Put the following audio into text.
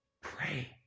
pray